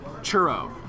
Churro